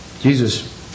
Jesus